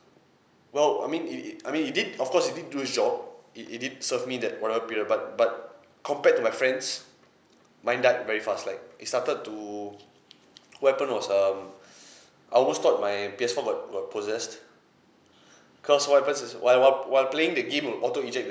well I mean it it I mean it did of course it did do his job it it did serve me that whatever period but but compared to my friends mine died very fast like it started to what happened was um I almost thought my P_S four got got possessed cause what happens is while I while while playing the game will auto eject the